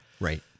Right